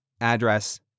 address